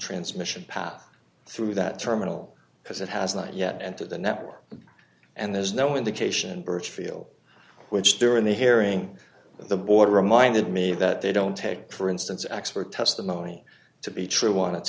transmission path through that terminal because it has not yet entered the network and there's no indication burchfield which during the hearing the board reminded me that they don't take for instance expert testimony to be true on its